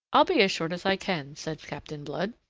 i'll be as short as i can, said captain blood.